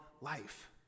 life